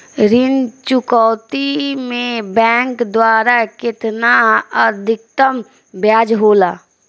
ऋण चुकौती में बैंक द्वारा केतना अधीक्तम ब्याज होला?